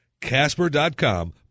Casper.com